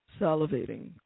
Salivating